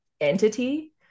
entity